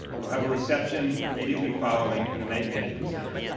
we'll have a reception immediately following in the knight management center.